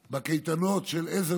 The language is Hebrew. בקייטנות של עזר